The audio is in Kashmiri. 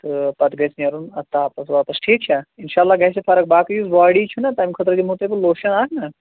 تہٕ پَتہٕ گژھِ نیرُن اَتھ تاپَس واپَس ٹھیٖک چھا اِنشاء اللہ گژھِ یہِ فرق باقٕے یُس باڈی چھُنا تَمہِ خٲطرٕ دِمہو تۄہہِ بہٕ لوشَن اَکھ نا